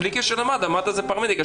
בביקורת ואז הם יכולים לעשות את הבדיקות.